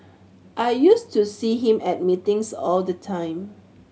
I used to see him at meetings all the time